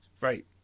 right